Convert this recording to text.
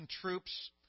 troops